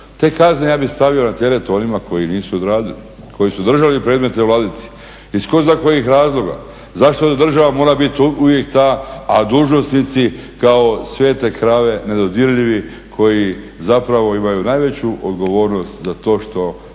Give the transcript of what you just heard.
Te kazne ja bih stavio na teret onima koji nisu odradili, koji su držali predmete u ladici iz ko zna kojih razloga. Zašto država mora bit uvijek ta, a dužnosnici kao svete krave nedodirljivi koji zapravo imaju najveću odgovornost da to što